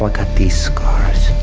like got these scars?